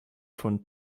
von